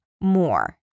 more